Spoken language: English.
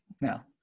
Now